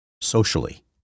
socially